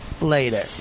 later